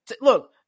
Look